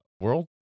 world